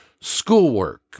schoolwork